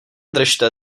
držte